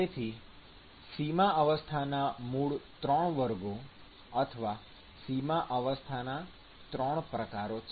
તેથી સીમા અવસ્થાના મૂળ ત્રણ વર્ગો અથવા સીમા અવસ્થાના ત્રણ પ્રકારો છે